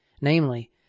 namely